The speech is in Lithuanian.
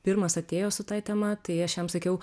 pirmas atėjo su ta tema tai aš jam sakiau